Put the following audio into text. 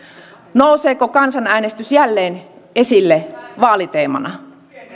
nouseeko kansanäänestys jälleen esille vaaliteemana